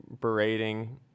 berating